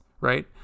right